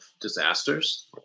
disasters